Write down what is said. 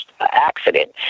accident